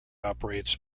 operates